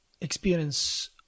experience